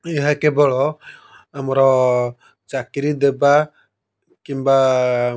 ଏହା କେବଳ ଆମର ଚାକିରି ଦେବା କିମ୍ବା